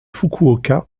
fukuoka